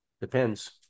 depends